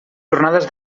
jornades